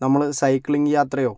നമ്മള് സൈക്ലിംഗ് യാത്രയോ